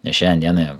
nes šiandien dienai